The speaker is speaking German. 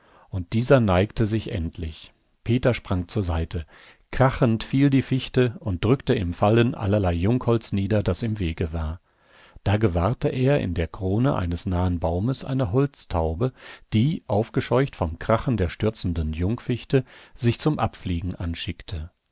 und dieser neigte sich endlich peter sprang zur seite krachend fiel die fichte und drückte im fallen allerlei jungholz nieder das im wege war da gewahrte er in der krone eines nahen baumes eine holztaube die aufgescheucht vom krachen der stürzenden jungfichte sich zum abfliegen anschickte